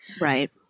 Right